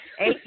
Eight